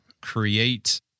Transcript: create